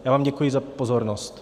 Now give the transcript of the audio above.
Já vám děkuji za pozornost.